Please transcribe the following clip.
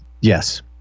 yes